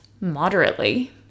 moderately